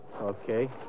Okay